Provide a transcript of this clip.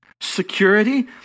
security